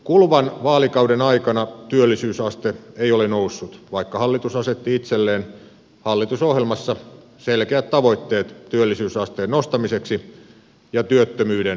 kuluvan vaalikauden aikana työllisyysaste ei ole noussut vaikka hallitus asetti itselleen hallitusohjelmassa selkeät tavoitteet työllisyysasteen nostamiseksi ja työttömyyden pienentämiseksi